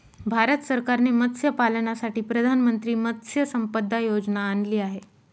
भारत सरकारने मत्स्यपालनासाठी प्रधानमंत्री मत्स्य संपदा योजना आणली आहे